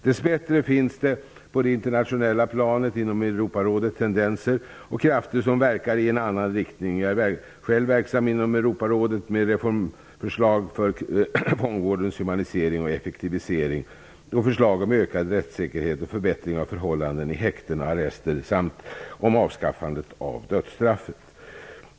Dess bättre finns det på det internationella planet och inom Europarådet tendenser och krafter som verkar i en annan riktning. Jag är själv verksam inom Europarådet med reformförslag för fångvårdens humanisering och effektivisering och förslag om ökad rättssäkerhet och förbättring av förhållandena i häkten och arrester samt om avskaffandet av dödsstraffet.